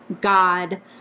God